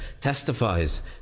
testifies